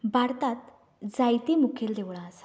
भारतांत जायतीं मुखेल देवळां आसात